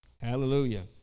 Hallelujah